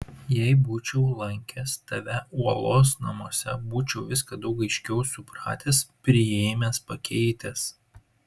jei būčiau lankęs tave uolos namuose būčiau viską daug aiškiau supratęs priėmęs pakeitęs